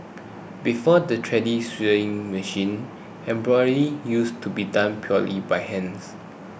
before the treadle sewing machine embroidery used to be done purely by hand